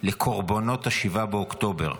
לקורבנות 7 באוקטובר,